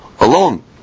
alone